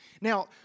Now